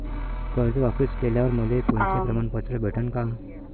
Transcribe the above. कर्ज वापिस केल्यावर मले कोनचे प्रमाणपत्र भेटन का?